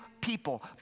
people